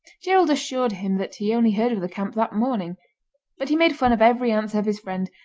gerald assured him that he only heard of the camp that morning but he made fun of every answer of his friend,